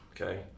Okay